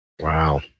Wow